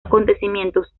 acontecimientos